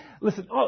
listen